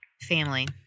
Family